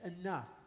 enough